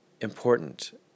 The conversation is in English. important